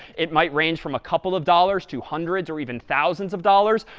it might range from a couple of dollars to hundreds or even thousands of dollars.